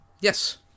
Yes